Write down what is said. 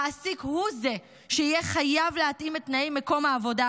המעסיק הוא זה שיהיה חייב להתאים את תנאי מקום העבודה